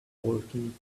talking